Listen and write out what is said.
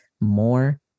more